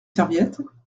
serviettes